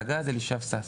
סג"ד אלישב ססי.